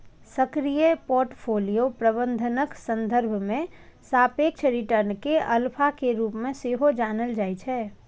सक्रिय पोर्टफोलियो प्रबंधनक संदर्भ मे सापेक्ष रिटर्न कें अल्फा के रूप मे सेहो जानल जाइ छै